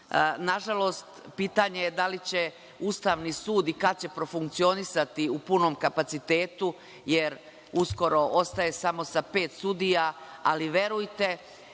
neustavno. Nažalost, pitanje je da li će Ustavni sud i kada će profunkcionisati u punom kapacitetu, jer uskoro ostaje samo sa pet sudija, ali verujte,